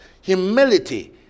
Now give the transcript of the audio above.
humility